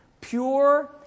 pure